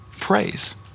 praise